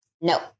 No